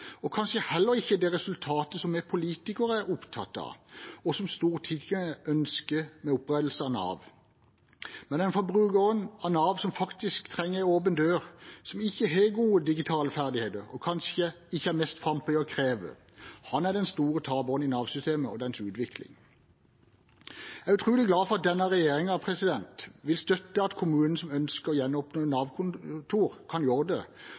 resultatet vi politikere er opptatt av, og som Stortinget ønsket med opprettelsen av Nav. Den forbrukeren av Nav som faktisk trenger en åpen dør, som ikke har gode digitale ferdigheter, og som kanskje ikke er mest frampå i å kreve, er den store taperen i Nav-systemet og dets utvikling. Jeg er utrolig glad for at denne regjeringen vil støtte at kommuner som ønsker å gjenåpne Nav-kontor, kan gjøre det,